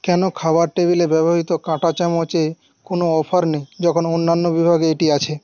কেন খাবার টেবিলে ব্যবহৃত কাঁটা চামচে কোনো অফার নেই যখন অন্যান্য বিভাগে এটি আছে